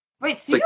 Wait